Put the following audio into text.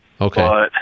Okay